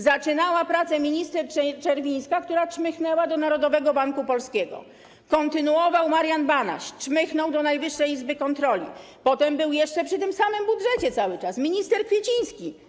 Zaczynała nad nim pracę minister Czerwińska, która czmychnęła do Narodowego Banku Polskiego, kontynuował Marian Banaś i czmychnął do Najwyższej Izby Kontroli, potem był jeszcze, przy tym samym budżecie cały czas, minister Kwieciński.